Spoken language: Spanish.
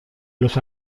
los